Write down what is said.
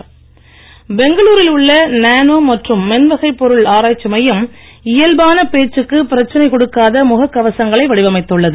முகக் கவசம் பெங்களுரில் உள்ள நானோ மற்றும் மென்வகைப் பொருள் ஆராய்ச்சி மையம் இயல்பான பேச்சுக்கு பிரச்சனை கொடுக்காத ழுகக் கவசங்களை வடிவமைத்துள்ளது